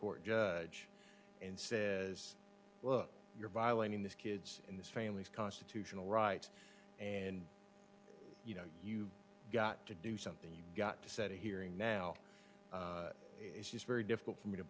court judge and says look you're violating this kid's in this family's constitutional right and you know you got to do something you've got to set a hearing now it's just very difficult for me to